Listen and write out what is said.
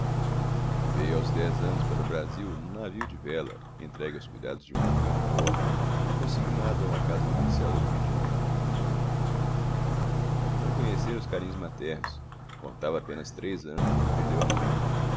veio aos dez anos para o brasil num navio de vela entregue aos cuidados de um homem de bordo e consignado a uma casa comercial do rio de janeiro não conhecera os carinhos maternos contava apenas três anos quando perdeu a mãe